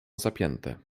zapięte